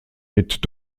mit